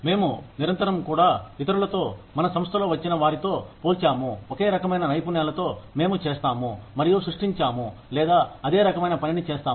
మేము నిరంతరం కూడా ఇతరులతో మన సంస్థలో వచ్చిన వారితో పోల్చాము ఒకే రకమైన నైపుణ్యాలతో మేము చేస్తాము మరియు సృష్టించాము లేదా అదే రకమైన పనిని చేస్తాము